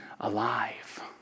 alive